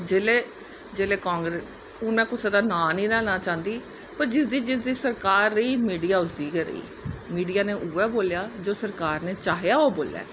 जिसले जिसलै कांग्रेस हून में कुसे दा नांऽ नीं लैना चाहंदी पर जिसदी जिसदी सरकार रेही मिडिया उसदी गै रेही मिडिया ने उ'यै बोलेआ जो सरकार ने चाहेआ ओह् बोलेआ